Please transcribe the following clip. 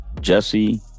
Jesse